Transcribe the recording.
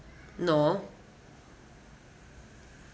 no